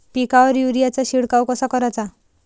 पिकावर युरीया चा शिडकाव कसा कराचा?